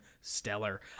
stellar